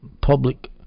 public